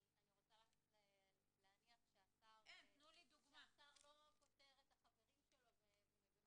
אני רוצה להניח שהשר לא פוטר את החברים שלו.